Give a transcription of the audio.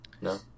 No